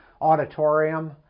auditorium